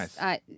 nice